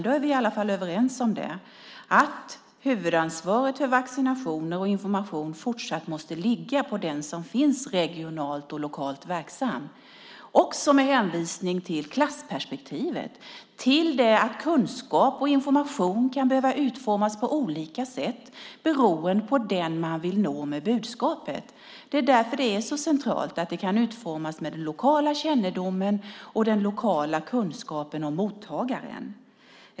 Då är vi i alla fall överens om att huvudansvaret för vaccinationer och information fortsatt måste ligga på den som finns regionalt och är lokalt verksam, också med hänvisning till klassperspektivet. Kunskap och information kan behöva utformas på olika sätt beroende på den man vill nå med budskapet. Det är därför det är avgörande att det kan utformas med den lokala kännedomen och den lokala kunskapen om mottagaren.